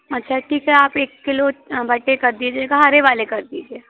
अच्छा ठीक है आप एक किलो भटेर कर दीजिएगा हरे वाले कर दीजिए